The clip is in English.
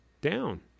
down